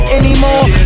anymore